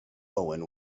owen